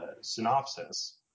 synopsis